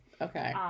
Okay